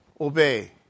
obey